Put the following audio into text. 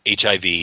HIV